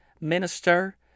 minister